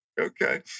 Okay